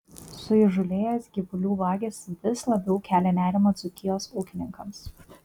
suįžūlėję gyvulių vagys vis labiau kelia nerimą dzūkijos ūkininkams